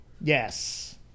Yes